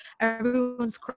everyone's